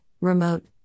Remote